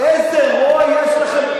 איזה רוע יש לכם,